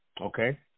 okay